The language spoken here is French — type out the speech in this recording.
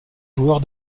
joueur